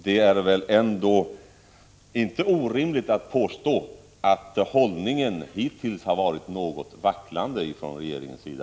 Det är väl ändå inte orimligt att påstå att hållningen hittills varit något vacklande från regeringens sida.